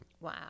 Wow